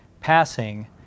passing